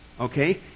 okay